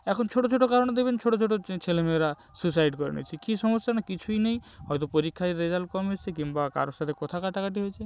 এখন ছোটো ছোটো কারণে দেখবেন ছোটো ছোটো ছেলে মেয়েরা সুইসাইড করে নিচ্ছে কী সমস্যা না কিছুই নেই হয়তো পরীক্ষায় রেজাল্ট কম এসছে কিম্বা কারোর সাথে কথা কাটাকাটি হয়েছে